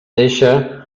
deixe